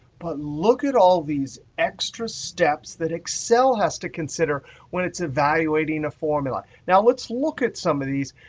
but look at all these extra steps that excel has to consider when it's evaluating a formula. now, let's look at some of these.